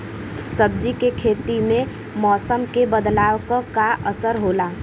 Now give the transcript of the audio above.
सब्जी के खेती में मौसम के बदलाव क का असर होला?